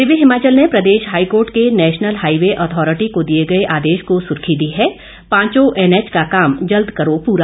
दिव्य हिमाचल ने प्रदेश हाईकोर्ट के नेशनल हाइवे अथारिटी को दिए गए आदेश को सुर्खी दी है पांचों एनएच का काम जल्द करो पुरा